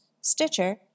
Stitcher